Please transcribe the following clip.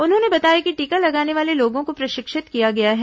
उन्होंने बताया कि टीका लगाने वाले लोगों को प्रशिक्षित किया गया है